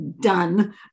Done